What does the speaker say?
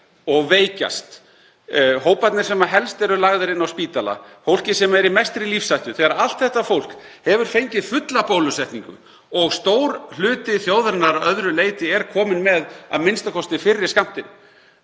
og veikjast, hóparnir sem helst eru lagðir inn á spítala, fólkið sem er í mestri lífshættu — þegar allt þetta fólk hefur fengið fulla bólusetningu og stór hluti þjóðarinnar að öðru leyti er kominn með a.m.k. fyrri skammtinn